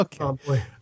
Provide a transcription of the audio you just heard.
okay